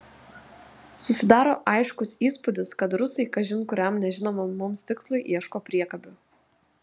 susidaro aiškus įspūdis kad rusai kažin kuriam nežinomam mums tikslui ieško priekabių